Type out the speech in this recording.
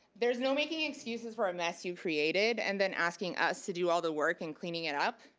there's no making excuses for a mess you created and then asking us to do all the work in cleaning it up.